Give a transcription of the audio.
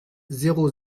zéro